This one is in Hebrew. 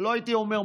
לא הייתי אומר,